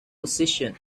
position